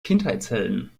kindheitshelden